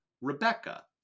Rebecca